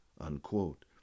Unquote